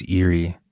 eerie